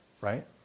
right